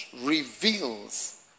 reveals